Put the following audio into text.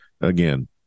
again